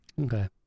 okay